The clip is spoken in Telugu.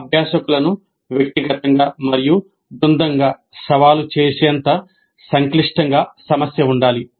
అభ్యాసకులను వ్యక్తిగతంగా మరియు బృందంగా సవాలు చేసేంత సంక్లిష్టంగా సమస్య ఉండాలి